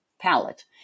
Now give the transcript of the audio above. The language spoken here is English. palette